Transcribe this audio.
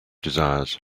desires